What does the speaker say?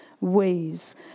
ways